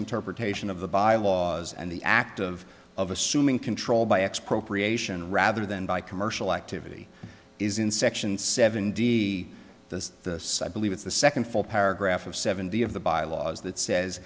interpretation of the byelaws and the act of of assuming control by expropriation rather than by commercial activity is in section seven d the site believe it's the second full paragraph of seventy of the bylaws that says